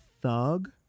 thug